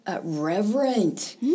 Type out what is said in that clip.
reverent